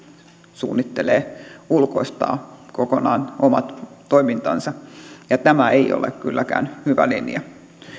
suunnittelee ulkoistavansa kokonaan omat toimintansa ja tämä ei ole kylläkään hyvä linja